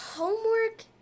Homework